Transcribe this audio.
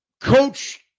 coach